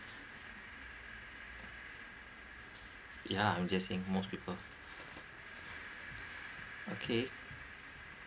yeah I'm just saying most people okay